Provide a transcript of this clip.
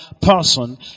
person